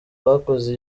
bakoze